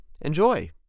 Enjoy